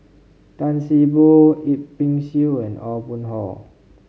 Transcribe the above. Tan See Boo Yip Pin Xiu and Aw Boon Haw